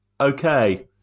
Okay